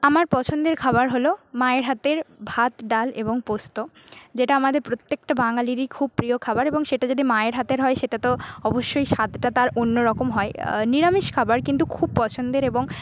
আমার পছন্দের খাবার হল মায়ের হাতের ভাত ডাল এবং পোস্ত যেটা আমাদের প্রত্যেকটা বাঙালীরই খুব প্রিয় খাবার এবং সেটা যদি মায়ের হাতের হয় সেটা তো অবশ্যই স্বাদটা তার অন্য রকম হয় নিরামিষ খাবার কিন্তু খুব পছন্দের এবং